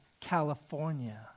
California